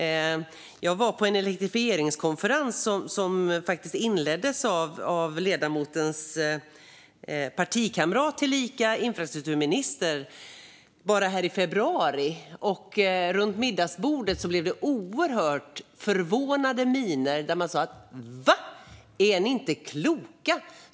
Jag var på en elektrifieringskonferens som inleddes av ledamotens partikamrat tillika infrastrukturministern i februari. Runt middagsbordet blev det många förvånade miner och utrop: Vad, är ni inte kloka?